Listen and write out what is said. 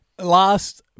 Last